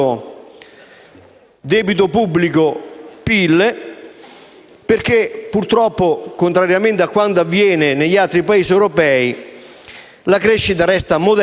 debito pubblico e PIL perché purtroppo, contrariamente a quanto avviene negli altri Paesi europei, la crescita resta modesta